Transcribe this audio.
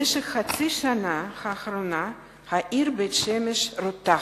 בחצי השנה האחרונה העיר בית-שמש רותחת.